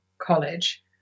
College